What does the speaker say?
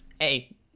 Hey